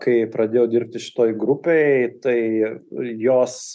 kai pradėjau dirbti šitoj grupėj tai jos